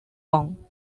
kong